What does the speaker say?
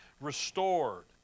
restored